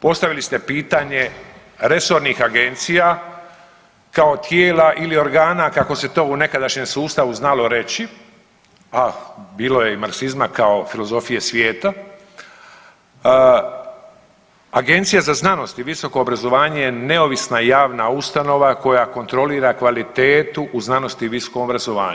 postavili ste pitanje resornih agencija kao tijela ili organa kako se to u nekadašnjem sustavu znalo reći, a bilo je i marksizma kao filozofije svijeta, Agencija za znanost i visoko obrazovanje je neovisna javna ustanova koja kontrolira kvalitetu u znanosti i visokom obrazovanju.